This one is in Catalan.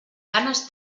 ganes